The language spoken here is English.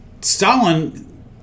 Stalin